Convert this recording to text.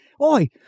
Oi